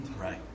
Right